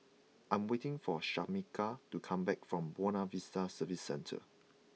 I am waiting for Shamika to come back from Buona Vista Service Centre